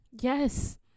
Yes